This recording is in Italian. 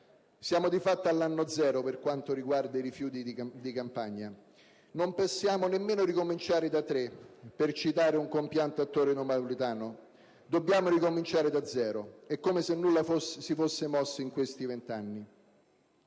siamo di fatto all'anno zero per quanto riguarda i rifiuti di Campania. Non possiamo nemmeno ricominciare da tre, per citare un compianto attore napoletano: dobbiamo ricominciare da zero. È come se nulla si fosse mosso in questi venti anni.